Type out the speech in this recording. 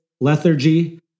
lethargy